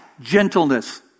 Gentleness